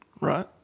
Right